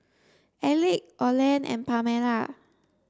Elick Olen and Pamela